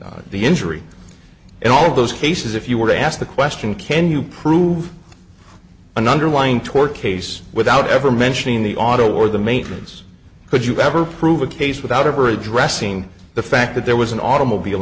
the injury in all those cases if you were to ask the question can you prove an underlying tort case without ever mentioning the auto or the maintenance could you ever prove a case without ever addressing the fact that there was an automobile